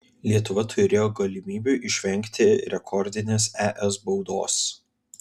lietuva turėjo galimybių išvengti rekordinės es baudos